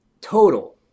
total